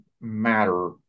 matter